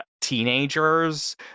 teenagers